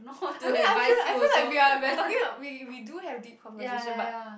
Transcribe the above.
I mean I feel like I feel like we are we are talking like we we do have deep conversation but